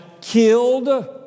killed